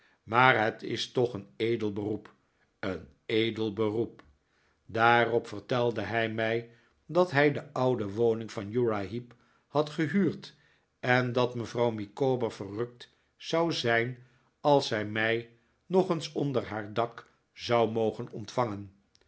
maar het is toch een edel beroep een edel beroep daarop vertelde hij mij dat hij de oude woning van uriah heep had gehuurd en dat mevrouw micawber verrukt zou zijn als zij mij nog eens onder haar dak zou mogen ontvangen